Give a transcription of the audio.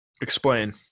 Explain